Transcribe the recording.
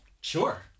Sure